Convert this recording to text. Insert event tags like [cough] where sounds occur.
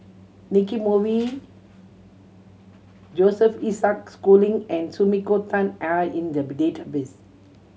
Nicky Moey Joseph Isaac Schooling and Sumiko Tan are in the [unintelligible] database